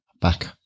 back